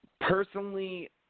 Personally